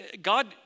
God